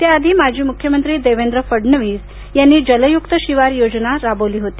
या आधी माजी मुख्यमंत्री देवेंद्र फडणवीस यांनी जलयुक्त शिवार योजना राबवली होती